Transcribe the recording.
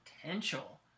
potential